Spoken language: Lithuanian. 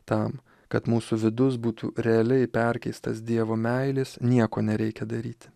tam kad mūsų vidus būtų realiai perkeistas dievo meilės nieko nereikia daryti